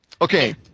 Okay